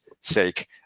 sake